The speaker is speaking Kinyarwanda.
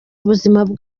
ubuzima